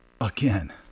again